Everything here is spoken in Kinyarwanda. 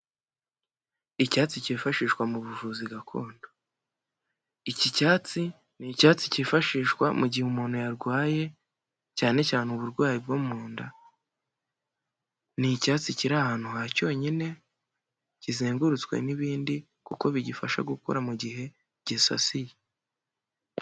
Icyatsi cyifashishwa mu buvuzi gakondo. Iki cyatsi ni icyatsi cyifashishwa mu gihe umuntu yarwaye, cyane cyane uburwayi bwo mu nda, ni icyatsi kiri ahantu ha cyonyine, kizengurutswe n'ibindi, kuko bigifasha gukora mu gihe gisasiye.